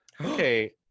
okay